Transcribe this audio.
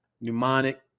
mnemonic